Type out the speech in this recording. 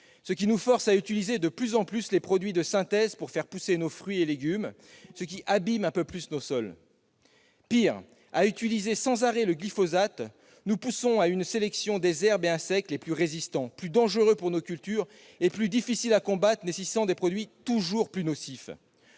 cela nous force à utiliser de plus en plus de produits de synthèse pour faire pousser nos fruits et nos légumes, ce qui en retour abîme un peu plus nos sols. Qui pis est, à utiliser sans arrêt le glyphosate, nous favorisons la sélection des herbes et des insectes les plus résistants, plus dangereux pour nos cultures et plus difficiles à combattre, à l'aide de produits toujours plus nocifs.